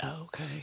Okay